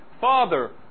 Father